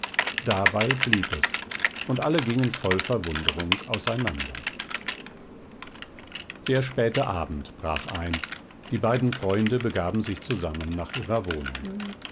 dabei blieb es und alle gingen voll verwunderung auseinander der späte abend brach ein die beiden freunde begaben sich zusammen nach ihrer wohnung